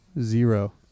zero